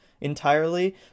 entirely